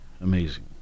Amazing